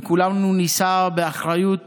וכולנו נישא באחריות